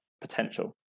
potential